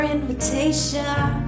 invitation